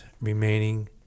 remaining